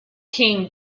king